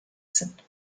sind